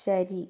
ശരി